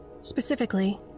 Specifically